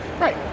right